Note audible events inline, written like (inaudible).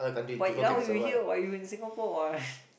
but now you here [what] you in Singapore [what] (laughs)